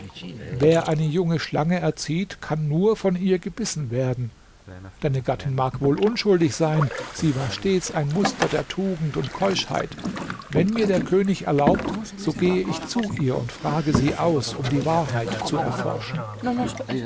wer eine junge schlange erzieht kann nur von ihr gebissen werden deine gattin mag wohl unschuldig sein sie war stets ein muster der tugend und keuschheit wenn mir der könig erlaubt so gehe ich zu ihr und frage sie aus um die wahrheit zu erforschen